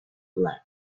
blood